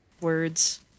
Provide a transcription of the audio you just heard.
words